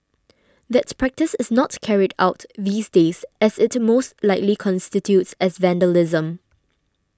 that practice is not carried out these days as it most likely constitutes as vandalism